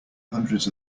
hundreds